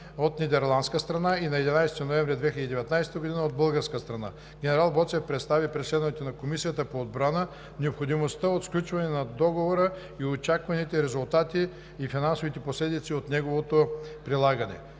от нидерландска страна и на 11 ноември 2019 г. от българска страна. Генерал Боцев представи пред членовете на Комисията по отбрана необходимостта от сключване на Договора и очакваните резултати и финансови последици от неговото прилагане.